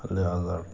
لہٰذا